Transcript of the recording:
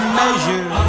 measure